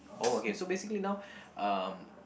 oh okay so basically now um